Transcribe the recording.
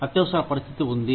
అత్యవసర పరిస్థితి ఉంది